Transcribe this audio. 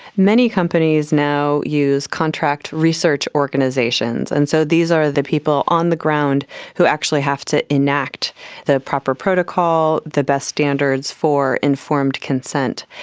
many companies now use contract research organisations, and so these are the people on the ground who actually have to enact the proper protocol, the best standards for informed consent.